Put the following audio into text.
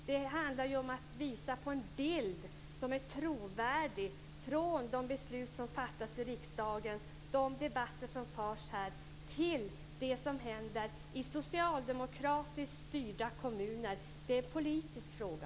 Det handlar om att visa på en bild som är trovärdig, från de beslut som fattas i riksdagen och de debatter som förs här till det som händer i socialdemokratiskt styrda kommuner. Det är en politisk fråga.